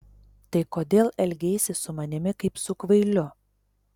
tai kodėl elgeisi su manimi kaip su kvailiu